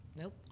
Nope